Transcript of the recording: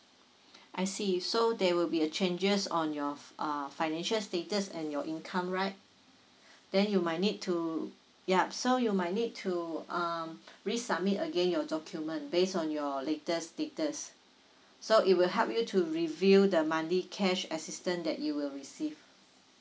I see so there will be a changes on your of uh financial status and your income right then you might need to yup so you might need to um resubmit again your document based on your latest status so it will help you to review the monthly cash assistant that you will receive